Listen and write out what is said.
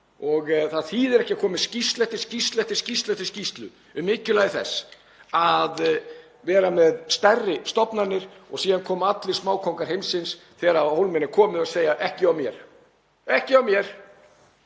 Það þýðir ekki að koma með skýrslu eftir skýrslu eftir skýrslu um mikilvægi þess að vera með stærri stofnanir og síðan koma allir smákóngar heimsins þegar á hólminn er komið og segja: Ekki hjá mér, ekki hjá mér.